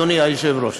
אדוני היושב-ראש.